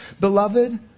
beloved